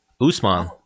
Usman